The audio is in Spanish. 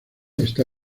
está